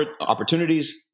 opportunities